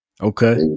Okay